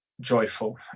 joyful